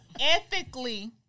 Ethically